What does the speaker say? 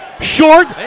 short